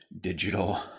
digital